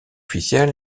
officiel